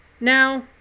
Now